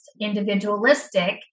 individualistic